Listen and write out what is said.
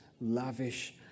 lavish